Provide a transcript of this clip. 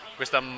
questa